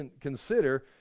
consider